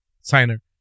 signer